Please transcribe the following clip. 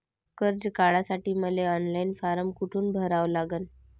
कर्ज काढासाठी मले ऑनलाईन फारम कोठून भरावा लागन?